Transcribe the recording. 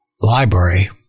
Library